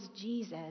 Jesus